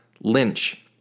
lynch